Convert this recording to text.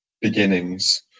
beginnings